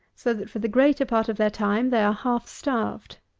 so that, for the greater part of their time, they are half-starved.